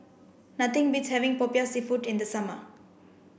nothing beats having Popiah Seafood in the summer